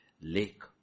lake